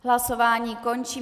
Hlasování končím.